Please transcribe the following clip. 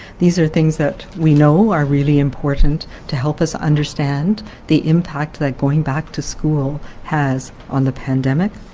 these are things that we know are really important to help us understand the impact that going back to school has on the pandemic.